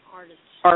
artist's